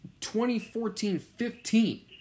2014-15